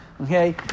okay